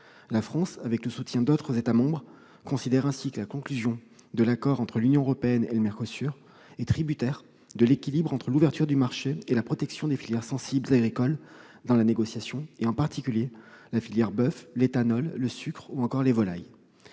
La France, avec le soutien d'autres États membres, considère ainsi que la conclusion de l'accord entre l'Union européenne et le MERCOSUR est tributaire de l'équilibre entre l'ouverture du marché et la protection des filières sensibles agricoles dans la négociation, en particulier la filière boeuf, l'éthanol, le sucre ou encore les volailles.